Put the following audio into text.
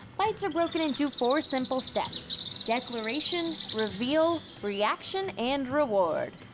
fights are broken into four simple steps declaration, reveal, reaction, and reward.